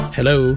Hello